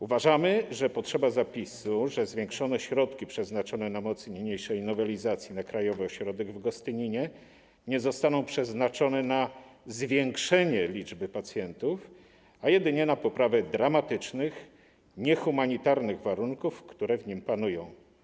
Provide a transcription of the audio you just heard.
Uważamy, że potrzeba zapisu, że zwiększone środki przeznaczone na mocy niniejszej nowelizacji na krajowy ośrodek w Gostyninie nie zostaną przeznaczone na zwiększenie liczby pacjentów, a jedynie - na poprawę dramatycznych, niehumanitarnych warunków, które w nim panują.